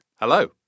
Hello